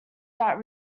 that